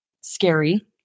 scary